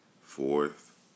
fourth